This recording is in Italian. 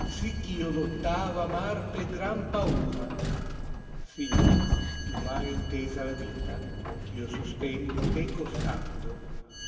sicchio dottava amar per gran paara signor tu m hai intesa la vita eh io sostenni teco stando